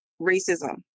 racism